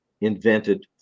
invented